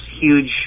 huge